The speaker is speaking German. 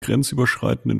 grenzüberschreitenden